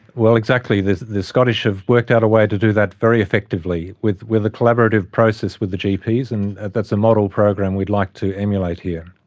well, exactly. the scottish have worked out a way to do that very effectively with with a collaborative process with the gps, and that's a model program we'd like to emulate here.